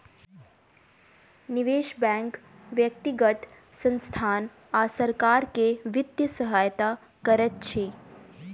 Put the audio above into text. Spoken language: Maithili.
निवेश बैंक व्यक्तिगत संसथान आ सरकार के वित्तीय सहायता करैत अछि